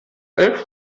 elf